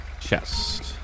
Chest